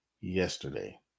yesterday